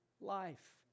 life